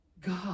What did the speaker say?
God